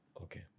Okay